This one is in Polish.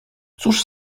cóż